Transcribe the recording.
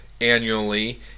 annually